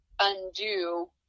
undo